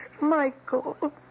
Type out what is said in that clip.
Michael